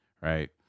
right